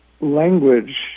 language